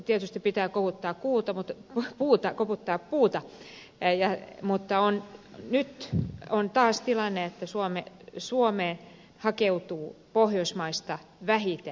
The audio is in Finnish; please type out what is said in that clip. tietysti pitää koputtaa puuta mutta nyt on taas tilanne että suomeen hakeutuu pohjoismaista vähiten turvapaikanhakijoita